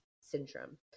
syndrome